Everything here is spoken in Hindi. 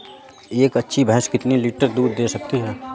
एक अच्छी भैंस कितनी लीटर दूध दे सकती है?